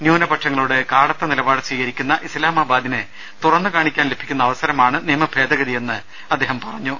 ന്യൂനപക്ഷ ങ്ങളോട് കാടത്ത നിലപാട് സ്വീകരിക്കുന്ന ഇസ്ലാമാബാദിനെ തുറന്ന് കാണി ക്കാൻ ലഭിക്കുന്ന അവസരമാണ് നിയമഭേദഗതിയെന്ന് അദ്ദേഹം പറഞ്ഞു